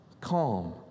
calm